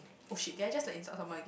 oh shit did I just like insult someone again